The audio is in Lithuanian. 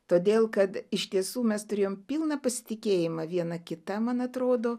todėl kad iš tiesų mes turėjom pilną pasitikėjimą viena kita man atrodo